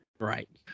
Right